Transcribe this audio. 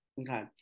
okay